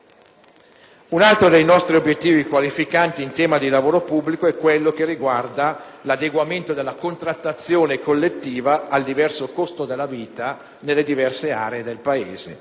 Un altro dei nostri obiettivi qualificanti in tema di lavoro pubblico riguarda l'adeguamento della contrattazione collettiva al diverso costo della vita nelle differenti aree del Paese.